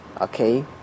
Okay